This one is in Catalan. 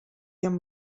amb